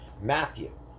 Matthew